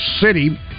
City